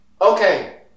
Okay